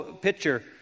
picture